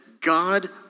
God